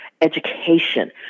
education